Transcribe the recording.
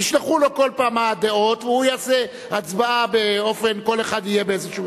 וישלחו כל פעם מה הדעות והוא יעשה הצבעה באופן שכל אחד יהיה באיזה,